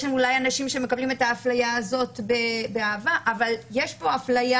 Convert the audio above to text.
יש שם אולי אנשים שמקבלים את האפליה הזאת באהבה אבל יש פה אפליה